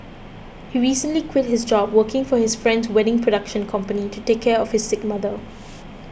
he recently quit his job working for his friend's wedding production company to take care of his sick mother